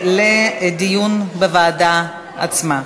(מס' 23) (עונשין,